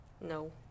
No